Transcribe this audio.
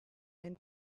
and